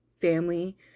family